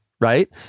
right